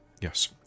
yes